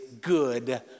good